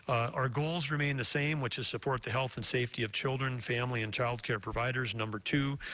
our goals remain the same, which is support the health and safety of children, family and child care providers. number two,